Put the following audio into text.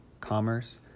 commerce